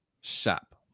shop